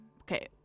Okay